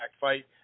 fight